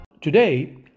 Today